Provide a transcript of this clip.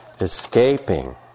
escaping